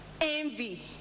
envy